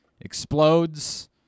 explodes